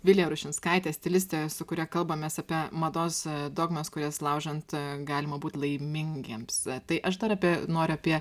vilija rušinskaitė stilistė su kuria kalbamės apie mados dogmas kurias laužant galima būt laimingiems tai aš dar apie noriu apie